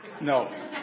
No